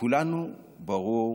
לכולנו ברור